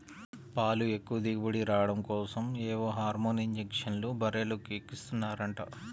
పాలు ఎక్కువ దిగుబడి రాడం కోసరం ఏవో హార్మోన్ ఇంజక్షన్లు బర్రెలకు ఎక్కిస్తన్నారంట